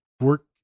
work